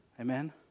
Amen